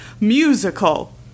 musical